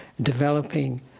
developing